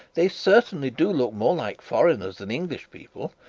they certainly do look more like foreigners than english people,